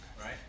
right